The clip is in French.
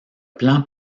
plan